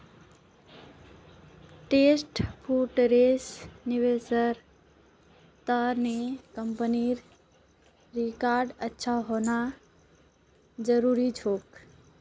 trust फंड्सेर निवेशेर त न कंपनीर रिकॉर्ड अच्छा होना जरूरी छोक